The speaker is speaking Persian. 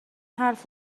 حرف